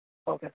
okay